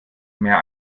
mehr